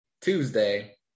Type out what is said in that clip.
Tuesday